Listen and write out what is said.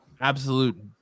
absolute